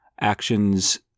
actions